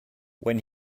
when